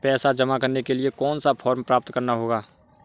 पैसा जमा करने के लिए कौन सा फॉर्म प्राप्त करना होगा?